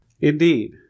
Indeed